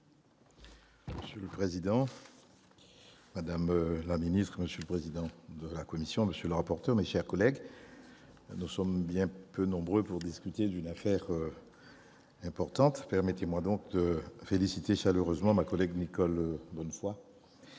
Monsieur le président, madame la ministre, monsieur le vice-président de la commission, monsieur le rapporteur, mes chers collègues, nous sommes bien peu nombreux pour discuter d'une affaire importante, permettez-moi néanmoins de féliciter chaleureusement nos collègues Nicole Bonnefoy,